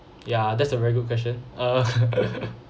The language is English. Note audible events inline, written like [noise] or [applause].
ya that's a very good question uh [laughs]